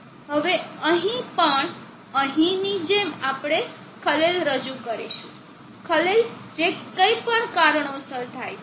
હવે અહીં પણ અહીંની જેમ આપણે ખલેલ રજૂ કરીશું ખલેલ જે કંઇ પણ કારણોસર થાય છે